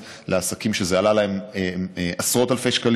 מעסקים שזה עלה להם עשרות אלפי שקלים,